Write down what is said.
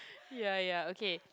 ya ya okay